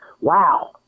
wow